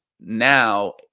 now